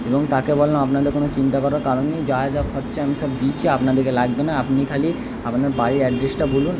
এবং তাকে বললাম আপনাদের কোনো চিন্তা করার কারণ নেই যা যা খরচা আমি সব দিয়েছি আপনাদেরকে লাগবে না আপনি খালি আপনার বাড়ির অ্যাড্রেসটা বলুন